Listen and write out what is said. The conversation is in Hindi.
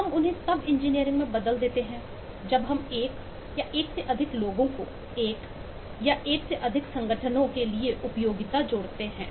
हम उन्हें तब इंजीनियरिंग में बदल देते हैं जब हम एक या एक से अधिक लोगों को एक या एक से अधिक संगठनों लाभान्वित होते हैं